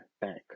Bank